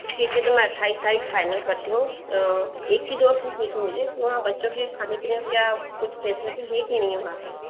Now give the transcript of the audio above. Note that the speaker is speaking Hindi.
ठीक है तो मैं अठाईस तारीख़ फ़ाइनल करती हूँ एक चीज़ और पूछनी थी मुझे कि वहाँ बच्चों के खाने पीने का क्या कुछ फ़ेसलिटी है कि नहीं है वहाँ पे